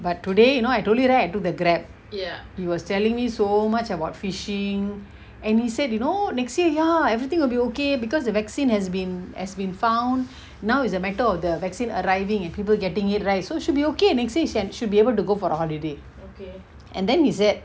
but today you know I told you right I took the grab he was telling me so much about fishing and he said you know next year ya everything will be okay because the vaccine has been has been found now is a matter of the vaccine arriving and people getting it right so should be okay next year can should be able to go for the holiday and then he said